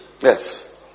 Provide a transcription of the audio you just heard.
Yes